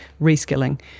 reskilling